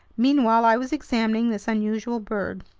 meanwhile i was examining this unusual bird.